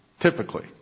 typically